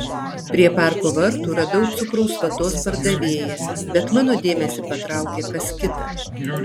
prie parko vartų radau cukraus vatos pardavėją bet mano dėmesį patraukė kas kita